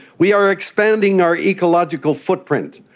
we are expanding our ecological footprint.